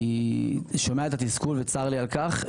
אני שומע את התסכול וצר לי על כך.